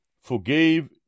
forgave